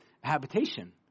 habitation